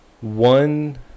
one